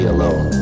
alone